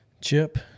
Chip